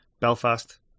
Belfast